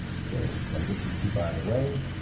so, got to get these people out of the way.